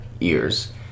ears